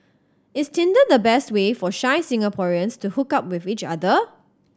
is Tinder the best way for shy Singaporeans to hook up with each other